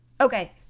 okay